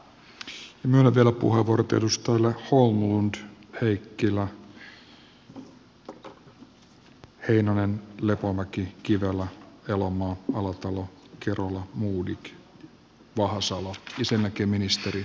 myönnän vie lä vastauspuheenvuorot edustajille holmlund heikkilä heinonen lepomäki kivelä elomaa alatalo kerola modig vahasalo ja sen jälkeen ministeri